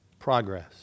progress